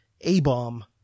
A-bomb